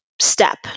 step